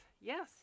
yes